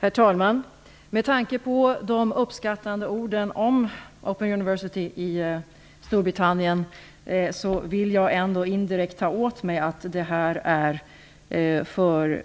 Herr talman! Med tanke på de uppskattande orden om Open university i Storbritannien vill jag ändå indirekt uppfatta det som att